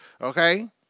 okay